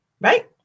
right